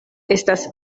estas